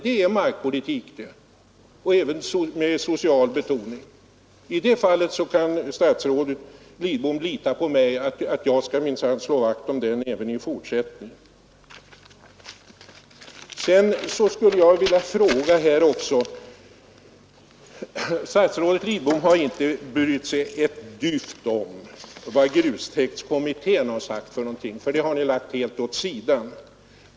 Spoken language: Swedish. Det är markpolitik med social betoning! Statsrådet Lidbom kan lita på att jag skall slå vakt om den även i fortsättningen. Jag skulle vilja ställa en fråga. Statsrådet Lidbom har inte brytt sig ett dyft om vad grustäktskommittén har sagt. Det har lagts helt åt sidan.